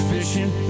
Fishing